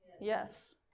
Yes